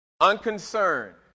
Unconcerned